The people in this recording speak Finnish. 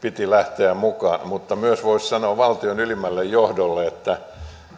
piti lähteä mukaan mutta myös voisi sanoa valtion ylimmälle johdolle että